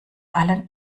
allen